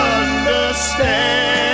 understand